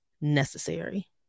necessary